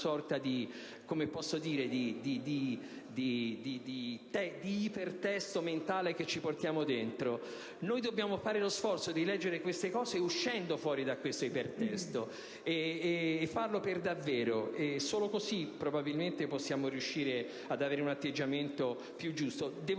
sorta di ipertesto mentale che ci portiamo dentro. Dobbiamo fare lo sforzo di leggere questi fenomeni uscendo fuori da questo ipertesto, e farlo per davvero. Solo così, probabilmente, possiamo riuscire ad avere un atteggiamento più giusto.